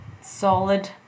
solid